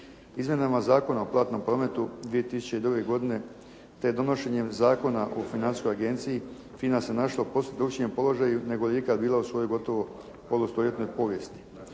Izmjenama Zakona o platnom prometu 2002. godine, te donošenjem Zakona o financijskoj agenciji FINA se našla u posve drukčijem položaju nego li je ikad bila u svojoj gotovo polu stoljetnoj povijesti.